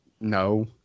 No